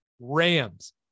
rams